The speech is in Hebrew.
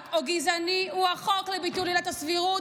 או גזעני הוא החוק לביטול עילת הסבירות,